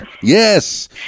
yes